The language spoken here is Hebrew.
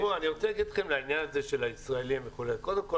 אני רוצה להגיד לכם לעניין הזה של הישראלים: קודם כל,